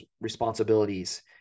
responsibilities